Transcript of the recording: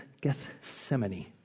Gethsemane